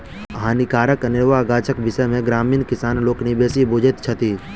हानिकारक अनेरुआ गाछक विषय मे ग्रामीण किसान लोकनि बेसी बुझैत छथि